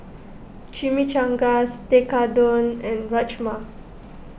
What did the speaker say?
Chimichangas Tekkadon and Rajma